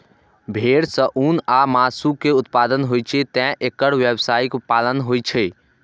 भेड़ सं ऊन आ मासु के उत्पादन होइ छैं, तें एकर व्यावसायिक पालन होइ छै